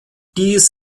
dies